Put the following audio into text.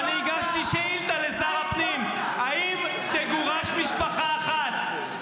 ואני הגשתי שאילתה לשר הפנים: האם תגורש משפחה אחת?